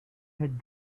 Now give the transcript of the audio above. had